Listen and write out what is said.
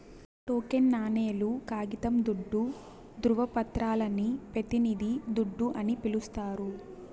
token నాణేలు, కాగితం దుడ్డు, దృవపత్రాలని పెతినిది దుడ్డు అని పిలిస్తారు